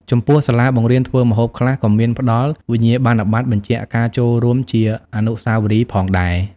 ចំពោះសាលាបង្រៀនធ្វើម្ហូបខ្លះ ក៏មានផ្ដល់វិញ្ញាបនបត្របញ្ជាក់ការចូលរួមជាអនុស្សាវរីយ៍ផងដែរ ។